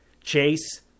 Chase